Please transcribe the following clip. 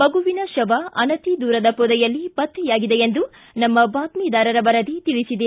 ಮಗುವಿನ ಶವ ಅನತಿ ದೂರದ ಪೊದೆಯಲ್ಲಿ ಪತ್ತೆಯಾಗಿದೆ ಎಂದು ನಮ್ಮ ಬಾತ್ಗಿದಾರರ ವರದಿ ತಿಳಿಸಿದೆ